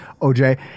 OJ